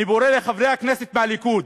אני פונה לחברי הכנסת מהליכוד,